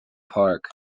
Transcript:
park